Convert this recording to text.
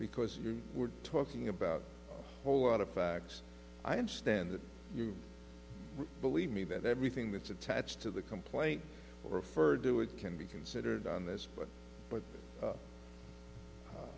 because you were talking about whole lot of facts i understand that you believe me that everything that's attached to the complaint referred to it can be considered on this but